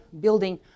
building